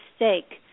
mistake